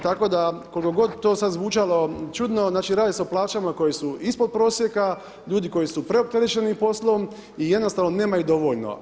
Tako da koliko god to sada zvučalo čudno radi su o plaćama koje su ispod prosjeka, ljudi koji su preopterećeni poslom i jednostavno nema ih dovoljno.